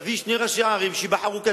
להביא שני ראשי ערים שייבחרו כדין,